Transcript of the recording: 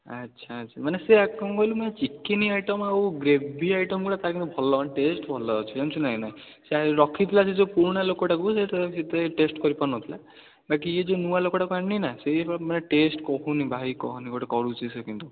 ଆଚ୍ଛା ଆଚ୍ଛା ମାନେ ସେଇଆ କ'ଣ କହିଲୁ ମାନେ ଚିକେନ୍ ଆଇଟମ୍ ଆଉ ଗ୍ରେଭି ଆଇଟମ୍ଗୁଡ଼ା ତା'ର କିନ୍ତୁ ଭଲ ମାନେ ଟେଷ୍ଟ୍ ଭଲ ଅଛି ଜାଣିଛୁ କି ନାହିଁ ଏଇନା ସେ ରଖିଥିଲା ସେ ଯେଉଁ ପୁରୁଣା ଲୋକଟାକୁ ସେ ଏତେ ଟେଷ୍ଟ୍ କରିପାରୁନଥିଲା ବାକି ଏ ଯେଉଁ ନୂଆ ଲୋକଟାକୁ ଆଣିନି ନା ସେ ମାନେ ଟେଷ୍ଟ୍ କୁହନି ଭାଇ କୁହନି ଗୋଟେ କରୁଛି ସେ କିନ୍ତୁ